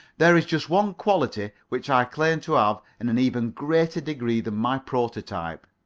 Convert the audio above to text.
there is just one quality which i claim to have in an even greater degree than my prototype.